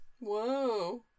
Whoa